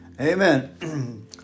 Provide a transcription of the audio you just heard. Amen